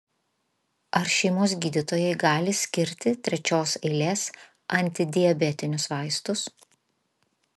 ar šeimos gydytojai gali skirti trečios eilės antidiabetinius vaistus